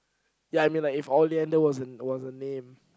ya I mean like if Oliander was a was a name